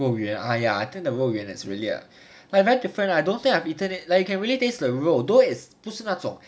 肉圆 !aiya! I think the 肉圆 is really ah ya but very different lah I don't think I've eaten it like you can really taste the 肉 though is 不是那种